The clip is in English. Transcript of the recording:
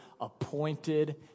appointed